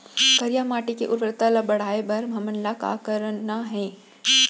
करिया माटी के उर्वरता ला बढ़ाए बर हमन ला का करना हे?